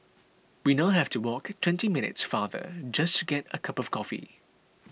we now have to walk twenty minutes farther just to get a cup of coffee